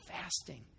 fasting